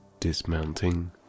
dismounting